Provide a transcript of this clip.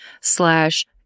slash